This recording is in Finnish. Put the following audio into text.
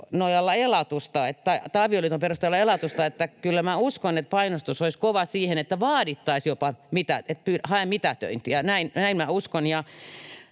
elatusta tai vaikka avioliiton perusteella elatusta”. Kyllä minä uskon, että painostus olisi kova siihen, että vaadittaisiin jopa, että hae mitätöintiä. Näin minä